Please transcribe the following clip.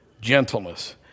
Gentleness